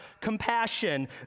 compassion